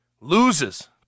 Loses